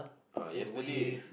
ah yesterday